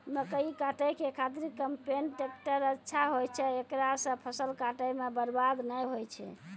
मकई काटै के खातिर कम्पेन टेकटर अच्छा होय छै ऐकरा से फसल काटै मे बरवाद नैय होय छै?